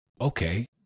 Okay